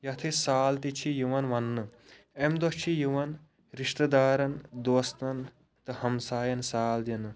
یتھ أسۍ سال تہِ چھِ یِوان وننہٕ اَمہِ دۄہ چھِ یِوان رشتہٕ دارَن دوستَن تہٕ ہمساین سال دِنہٕ